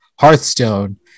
Hearthstone